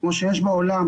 כמו שיש בעולם,